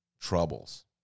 troubles